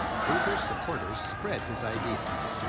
luther's supporters spread his ideas.